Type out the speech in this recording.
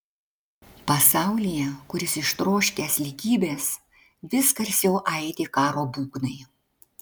pasaulyje kuris ištroškęs lygybės vis garsiau aidi karo būgnai